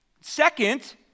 Second